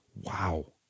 wow